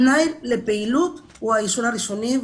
תנאי לפעילות הוא האישור הראשוני,